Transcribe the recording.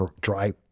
dry